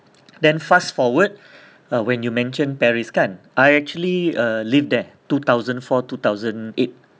then fast forward when you mention paris kan I actually uh live there two thousand four two thousand eight